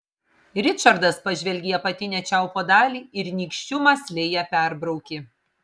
ričardas pažvelgė į apatinę čiaupo dalį ir nykščiu mąsliai ją perbraukė